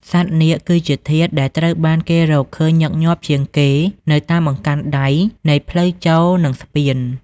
សត្វនាគ គឺជាធាតុដែលត្រូវបានគេរកឃើញញឹកញាប់ជាងគេនៅតាមបង្កាន់ដៃនៃផ្លូវចូល និងស្ពាន។